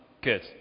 good